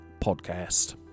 podcast